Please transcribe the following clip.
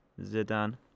Zidane